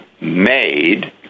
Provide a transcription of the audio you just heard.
made